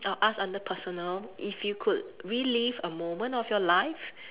I'll ask under personal if you could relive a moment of your life